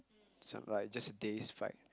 s~ like just a day's fight